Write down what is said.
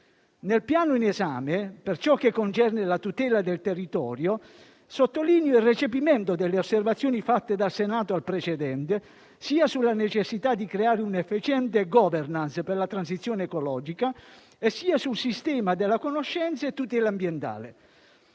Nel Piano in esame, per ciò che concerne la tutela del territorio, sottolineo il recepimento delle osservazioni fatte dal Senato al precedente sia sulla necessità di creare un'efficiente *governance* per la transizione ecologica, sia sul sistema della conoscenza e tutela ambientale.